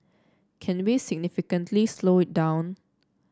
can we significantly slow it down